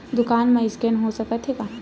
दुकान मा स्कैन हो सकत हे का?